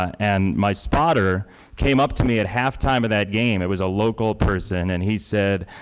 and my spotter came up to me at half time of that game, it was a local person and he said,